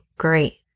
great